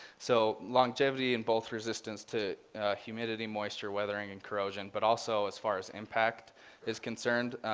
so longevity in both resistance to humidity, moisture, weathering, and corrosion, but also as far as impact is concerned.